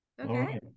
Okay